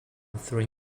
three